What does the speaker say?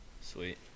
Sweet